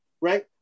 Right